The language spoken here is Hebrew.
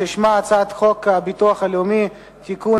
ששמה הצעת חוק הביטוח הלאומי (תיקון,